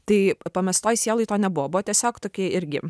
tai pamestoj sieloj to nebuvo buvo tiesiog toki irgi